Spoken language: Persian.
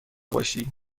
باشی